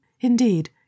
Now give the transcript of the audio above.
Indeed